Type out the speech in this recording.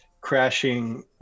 crashing